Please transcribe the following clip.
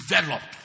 developed